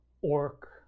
orc